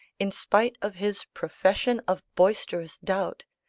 in spite of his profession of boisterous doubt,